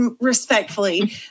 respectfully